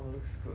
!wah! looks good